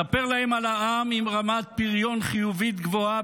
ספר להם על עם עם רמת פריון חיובית גבוהה,